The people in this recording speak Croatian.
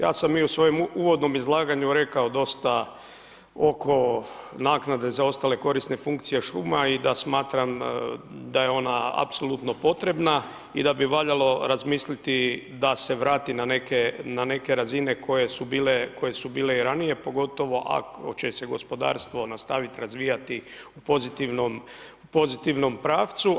Ja sam i u svojem uvodnom izlaganju rekao dosta oko naknade za ostale korisne funkcije šuma i da smatram da je ona apsolutno potrebna i da bi valjalo razmisliti da se vrate na neke razine koje su bile i ranije, pogotovo ako će se gospodarstvo nastaviti razvijati u pozitivnom pravcu.